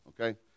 okay